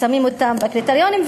שמים אותם בקריטריונים,